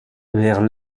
vers